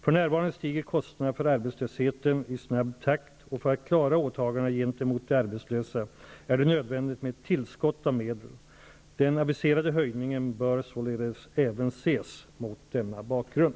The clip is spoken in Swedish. För närvarande stiger kostnaderna för arbetslösheten i snabb takt, och för att klara åtagandena gent emot de arbetslösa är det nödvändigt med ett till skott av medel. Den aviserade höjningen bör såle des även ses mot denna bakgrund.